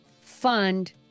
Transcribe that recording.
fund